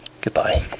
Goodbye